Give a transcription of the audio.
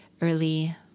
early